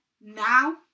now